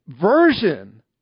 version